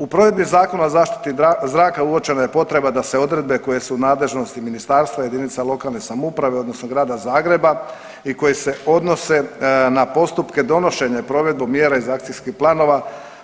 U provedbi Zakona o zaštiti zraka uočena je potreba da se odredbe koje su u nadležnosti ministarstva, JLS odnosno Grada Zagreba i koje se odnose na postupke donošenja i provedbu mjera iz akcijskih planova